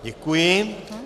Děkuji.